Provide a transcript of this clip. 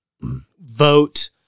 vote